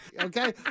Okay